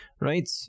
Right